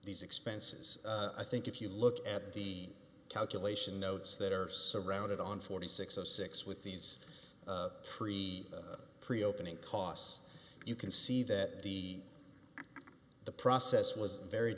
these expenses i think if you look at the calculation notes that are surrounded on forty six of six with these three pre opening costs you can see that the the process was very